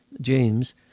James